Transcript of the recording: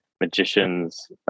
magicians